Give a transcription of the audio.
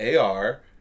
AR